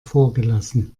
vorgelassen